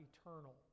eternal